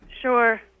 Sure